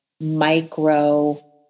micro